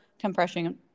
compression